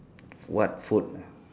what food ah